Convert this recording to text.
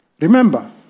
remember